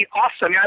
awesome